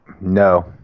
no